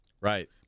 Right